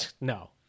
no